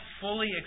fully